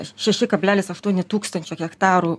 šeši kablelis aštuoni tūkstančio hektarų